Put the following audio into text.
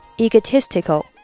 Egotistical